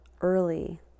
early